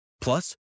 Plus